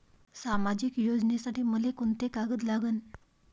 सामाजिक योजनेसाठी मले कोंते कागद लागन?